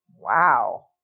Wow